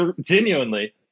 Genuinely